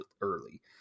early